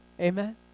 Amen